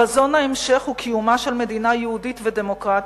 חזון ההמשך הוא קיומה של מדינה יהודית ודמוקרטית,